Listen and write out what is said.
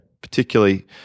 particularly